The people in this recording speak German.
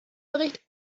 bericht